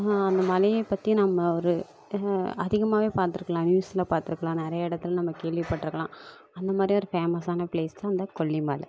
அந்த மலைய பற்றி நம்ம ஒரு அதிகமாகவே பார்த்துருக்கலாம் நியூஸில் பார்த்துருக்கலாம் நிறையா இடத்துல நம்ம கேள்விப்பட்டிருக்கலாம் அந்த மாதிரி ஒரு ஃபேமஸான பிளேஸ் தான் இந்த கொல்லிமலை